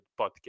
podcast